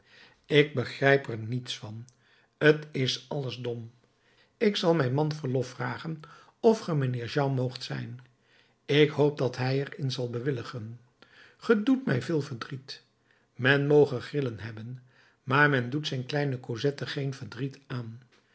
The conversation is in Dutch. ik begrijp er niets van t is alles dom ik zal mijn man verlof vragen of ge mijnheer jean moogt zijn ik hoop dat hij er in zal bewilligen ge doet mij veel verdriet men moge grillen hebben maar men doet zijn kleine cosette geen verdriet aan